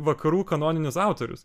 vakarų kanoninius autorius